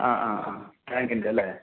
ആ ആ ആ ടാങ്കിൻ്റെ അല്ലേ